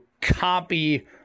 copy